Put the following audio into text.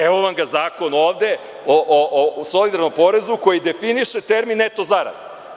Evo vam ga Zakon o solidarnom porezu ovde koji definiše termin neto zarada.